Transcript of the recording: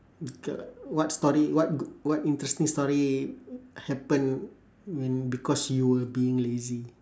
g~ what story what g~ what interesting story happened when because you were being lazy